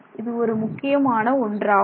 இது ஒரு முக்கியமான ஒன்றாகும்